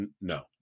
no